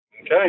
Okay